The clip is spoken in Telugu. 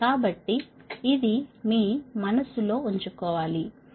కాబట్టి ఇది మీ మనస్సులో ఉంచుకోవాలి సరేనా